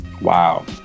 Wow